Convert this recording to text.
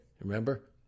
Remember